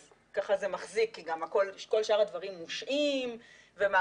אז זה מחזיק כי גם כל השאר הדברים מושהים ומערכת